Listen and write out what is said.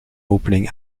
opening